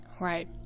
right